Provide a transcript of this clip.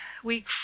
Week